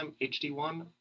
hd1